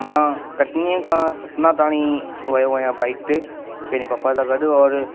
मां कटनीअ खां सतना ताणी वियो आहियां बाइक ते पंहिंजे पप्पा सां गॾु और